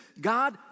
God